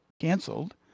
canceled